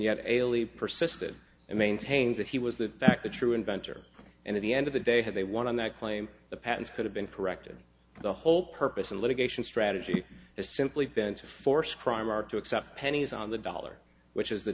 yet ailie persisted and maintained that he was the fact the true inventor and at the end of the day had they won on that claim the patents could have been corrected the whole purpose of litigation strategy has simply been to force crime or to accept pennies on the dollar which is the